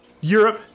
Europe